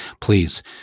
Please